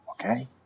okay